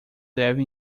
deve